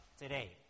today